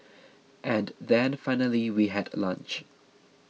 and then finally we had lunch